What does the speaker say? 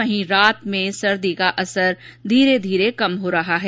वहीं रात में सर्दी का असर धीरे धीरे कम होता जा रहा है